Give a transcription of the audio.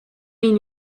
mean